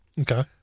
Okay